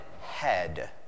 head